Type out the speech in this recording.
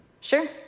Sure